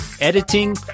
editing